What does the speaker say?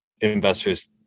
investors